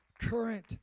Current